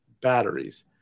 Batteries